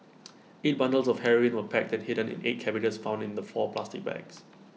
eight bundles of heroin were packed and hidden in eight cabbages found in the four plastic bags